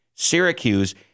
Syracuse